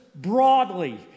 broadly